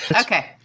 Okay